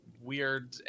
weird